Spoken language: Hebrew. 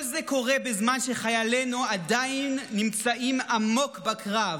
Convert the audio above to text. כל זה קורה בזמן שחיילינו עדיין נמצאים עמוק בקרב,